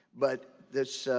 but this,